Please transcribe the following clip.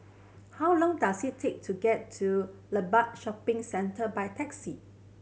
how long does it take to get to Limbang Shopping Centre by taxi